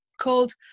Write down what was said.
called